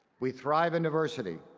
we thrive in diversity.